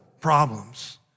problems